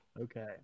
Okay